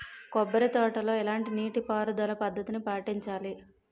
కొబ్బరి తోటలో ఎలాంటి నీటి పారుదల పద్ధతిని పాటించాలి?